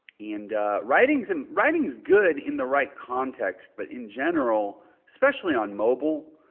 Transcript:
and writing's, and writing's good in the right context. but in general, especially on mobile,